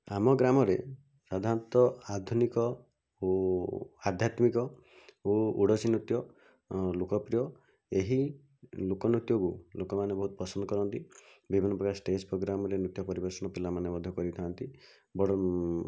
ଆମ ଗ୍ରାମରେ ସାଧାରଣତଃ ଆଧୁନିକ ଓ ଆଧ୍ୟାତ୍ମିକ ଓ ଓଡ଼ିଶୀ ନୃତ୍ୟ ଲୋକପ୍ରିୟ ଏହି ଲୋକନୃତ୍ୟକୁ ଲୋକମାନେ ବହୁତ ପ୍ରସନ୍ଦ କରନ୍ତି ବିଭିନ୍ନପ୍ରକାର ଷ୍ଟେଜ୍ ପୋଗ୍ରାମ୍ରେ ନୃତ୍ୟ ପରିବେଷଣ ପିଲାମାନେ ମଧ୍ୟ କରିଥାଆନ୍ତି ବଡ଼